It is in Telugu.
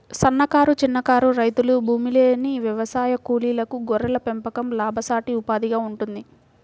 సన్నకారు, చిన్నకారు రైతులు, భూమిలేని వ్యవసాయ కూలీలకు గొర్రెల పెంపకం లాభసాటి ఉపాధిగా ఉంటుంది